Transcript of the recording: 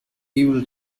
evil